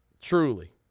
Truly